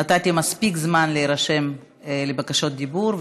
נתתי מספיק זמן להירשם לבקשות דיבור,